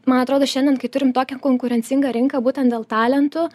man atrodo šiandien kai turim tokią konkurencingą rinką būtent dėl talentų